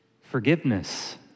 Forgiveness